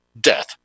death